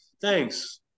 Thanks